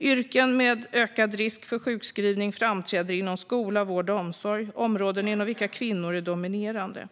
Yrken med ökad risk för sjukskrivning framträder inom skola, vård och omsorg - områden inom vilka kvinnor är dominerande.